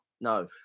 No